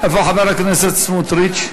איפה חבר הכנסת סמוטריץ?